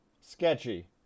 Sketchy